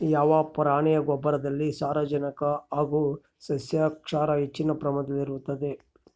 ಯಾವ ಪ್ರಾಣಿಯ ಗೊಬ್ಬರದಲ್ಲಿ ಸಾರಜನಕ ಹಾಗೂ ಸಸ್ಯಕ್ಷಾರ ಹೆಚ್ಚಿನ ಪ್ರಮಾಣದಲ್ಲಿರುತ್ತದೆ?